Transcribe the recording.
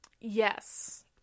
Yes